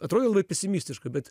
atrodė labai pesimistiška bet